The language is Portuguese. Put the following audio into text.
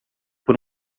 por